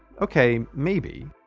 ok. maybe.